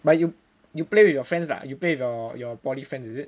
but you you play with your friends lah you play with your your poly friends is it